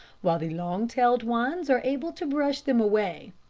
while the long-tailed ones are able to brush them away,